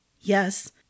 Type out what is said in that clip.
Yes